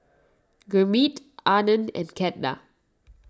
Gurmeet Anand and Ketna